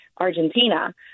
Argentina